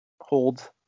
holds